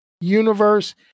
universe